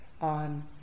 on